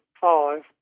five